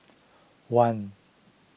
one